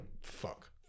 fuck